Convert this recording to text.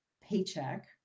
paycheck